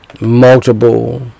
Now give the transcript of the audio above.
multiple